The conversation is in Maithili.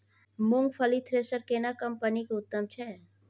मूंगफली थ्रेसर केना कम्पनी के उत्तम छै?